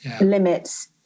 limits